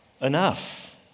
enough